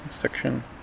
section